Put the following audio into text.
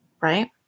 right